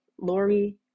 Lori